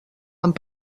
amb